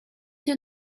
your